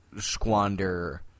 squander